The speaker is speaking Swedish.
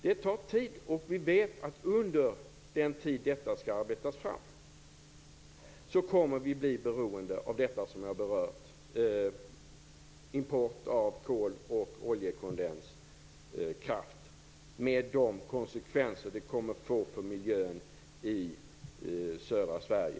Det tar tid, och vi vet att vi under den tid som detta skall arbetas fram kommer att bli beroende av import av kol och oljekondenskraft med de konsekvenser som det kommer att få för miljön i södra Sverige.